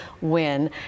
win